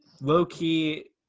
Low-key